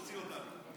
הוציא אותנו.